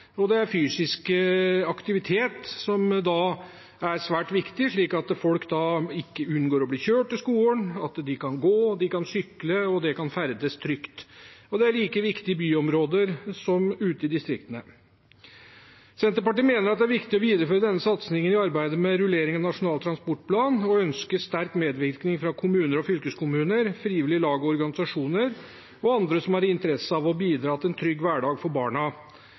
Det er folkehelsetiltak. Fysisk aktivitet er svært viktig – at folk unngår å bli kjørt til skolen, men kan gå, sykle og ferdes trygt. Det er like viktig i byområder som ute i distriktene. Senterpartiet mener det er viktig å videreføre denne satsingen i arbeidet med rulleringen av Nasjonal transportplan, og ønsker sterk medvirkning fra kommuner og fylkeskommuner, frivillige lag og organisasjoner og andre som har interesse av å bidra til en trygg hverdag for barna.